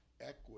equity